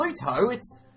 Pluto—it's